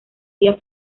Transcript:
día